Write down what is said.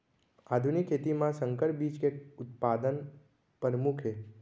आधुनिक खेती मा संकर बीज के उत्पादन परमुख हे